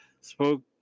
spoke